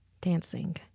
dancing